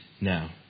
now